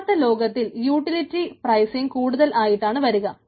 യഥാർത്ഥ ലോകത്തിൽ utility pricing കൂടുതൽ ആയിട്ടാണ് വരുന്നത്